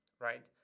Right